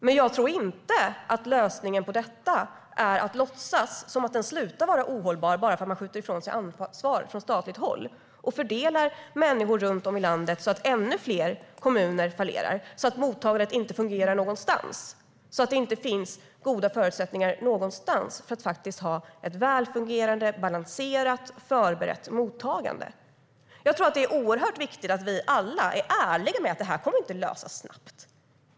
Jag tror dock inte att lösningen på detta är att låtsas som om den slutar vara ohållbar bara för att man skjuter ifrån sig ansvaret från statligt håll och fördelar människor runt om i landet, så att ännu fler kommuner fallerar och så att mottagandet inte fungerar någonstans. Då finns det inte goda förutsättningar någonstans för att ha ett välfungerande, balanserat och förberett mottagande. Jag tror att det är oerhört viktigt att vi alla är ärliga med att detta inte kommer att lösas snabbt.